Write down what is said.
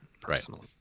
personally